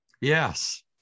Yes